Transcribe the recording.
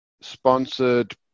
sponsored